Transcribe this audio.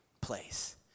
place